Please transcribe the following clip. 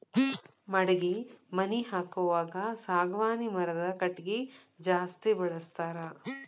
ಮಡಗಿ ಮನಿ ಹಾಕುವಾಗ ಸಾಗವಾನಿ ಮರದ ಕಟಗಿ ಜಾಸ್ತಿ ಬಳಸ್ತಾರ